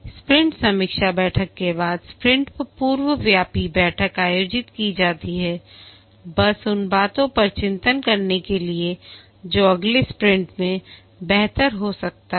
sprint समीक्षा बैठक के बाद स्प्रिंट पूर्वव्यापी बैठक आयोजित की जाती है बस उन बातों पर चिंतन करने के लिए जो अगले स्प्रिंट में बेहतर हो सकता हो